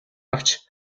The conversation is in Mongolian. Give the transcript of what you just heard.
авч